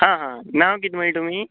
हां हां नांव कितें म्हणले तुमी